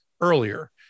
earlier